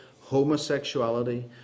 homosexuality